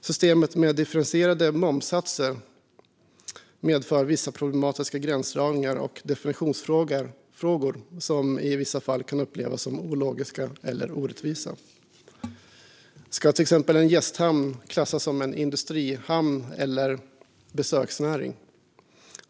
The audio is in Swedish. Systemet med differentierade momssatser medför vissa problematiska gränsdragningar och definitionsfrågor som i vissa fall kan upplevas som ologiska eller orättvisa. Ska till exempel en gästhamn klassas som en industrihamn eller som besöksnäring?